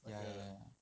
ya ya ya